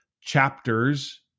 chapters